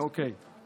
אוקיי.